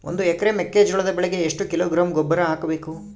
ಒಂದು ಎಕರೆ ಮೆಕ್ಕೆಜೋಳದ ಬೆಳೆಗೆ ಎಷ್ಟು ಕಿಲೋಗ್ರಾಂ ಗೊಬ್ಬರ ಹಾಕಬೇಕು?